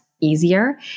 easier